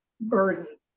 burden